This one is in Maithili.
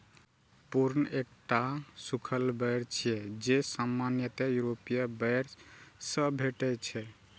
प्रून एकटा सूखल बेर छियै, जे सामान्यतः यूरोपीय बेर सं भेटै छै